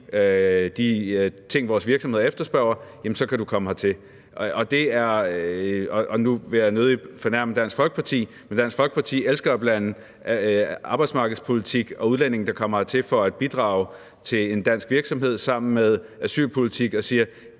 de ting, vores virksomheder efterspørger, så kan du komme hertil. Nu vil jeg nødig fornærme Dansk Folkeparti, men Dansk Folkeparti elsker at blande arbejdsmarkedspolitik og udlændinge, der kommer hertil for at bidrage i en dansk virksomhed, sammen med asylpolitik, og siger,